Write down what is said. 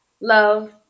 love